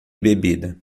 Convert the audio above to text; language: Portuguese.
bebida